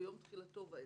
ביום תחילתו ואילך.